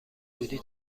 بودی